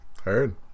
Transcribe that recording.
Heard